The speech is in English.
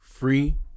Free